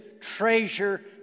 treasure